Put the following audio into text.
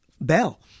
Bell